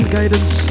Guidance